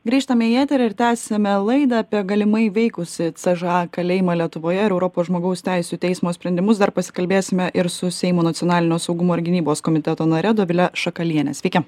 grįžtame į eterį ir tęsiame laidą apie galimai veikusį c ž a kalėjimą lietuvoje ir europos žmogaus teisių teismo sprendimus dar pasikalbėsime ir su seimo nacionalinio saugumo ir gynybos komiteto nare dovile šakaliene sveiki